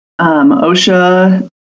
OSHA